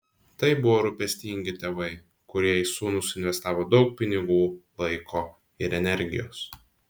tai buvo rūpestingi tėvai kurie į sūnų suinvestavo daug pinigų laiko ir energijos